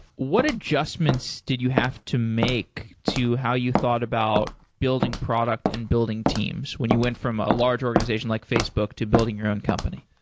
what adjustments did you have to make to how you thought about building product and building teams when you went from a large organization like facebook to building your own company?